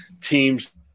teams